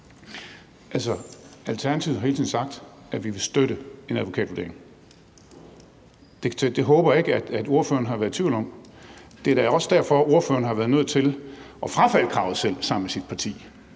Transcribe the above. Alternativet har hele tiden sagt, at vi vil støtte en advokatvurdering. Det håber jeg ikke at ordføreren har været i tvivl om. Det er da også derfor, at ordføreren har været nødt til selv at frafalde kravet sammen med sit parti